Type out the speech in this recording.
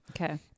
Okay